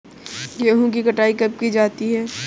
गेहूँ की कटाई कब की जाती है?